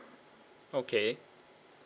okay